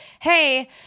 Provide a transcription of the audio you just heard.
hey